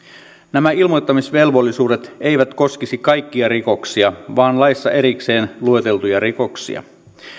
nämä ilmoittamisvelvollisuudet eivät koskisi kaikkia rikoksia vaan laissa erikseen lueteltuja rikoksia